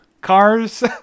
Cars